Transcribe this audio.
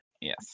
Yes